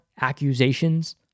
Accusations